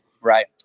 right